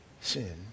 sin